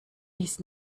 dies